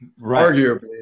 arguably